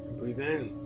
breathe in.